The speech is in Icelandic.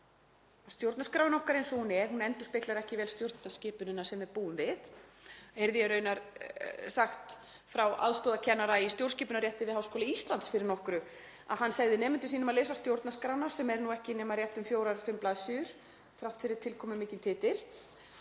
stjórnarskráin okkar eins og hún er endurspeglar ekki vel stjórnskipunina sem við búum við. Ég heyrði raunar sagt frá aðstoðarkennara í stjórnskipunarrétti við Háskóla Íslands fyrir nokkru, að hann segði nemendum sínum að lesa stjórnarskrána, sem er ekki nema rétt um fjórar til fimm blaðsíður þrátt fyrir tilkomumikinn titil.